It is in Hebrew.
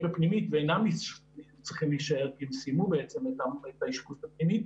בפנימית ואינם צריכים להישאר כי הם סיימו בעצם את האשפוז בפנימית,